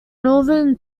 northern